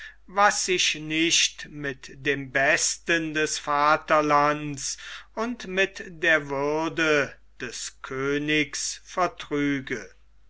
was sich nicht mit dem besten des vaterlands und mit der würde des königs